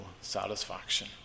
satisfaction